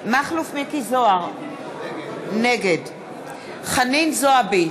מכלוף מיקי זוהר, נגד חנין זועבי,